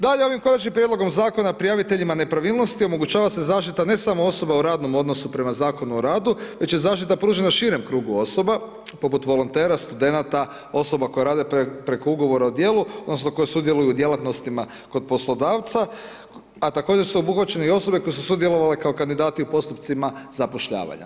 Dalje, ovim konačnim prijedlogom zakona, prijaviteljima nepravilnosti, omogućava se zaštita ne samo osoba u radnom odnosu prema Zakona o radu, već i zaštita pružanje širem krugu osoba, poput volontere, studenta, osoba koje rade preko ugovora o dijelu, odnosno, koje sudjeluju u djelatnostima kod poslodavca, a također su obuhvaćene i osobe koje su sudjelovale kao kandidati u postupcima zapošljavanja.